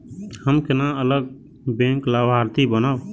हम केना अलग बैंक लाभार्थी बनब?